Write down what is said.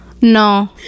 No